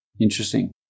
Interesting